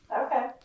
Okay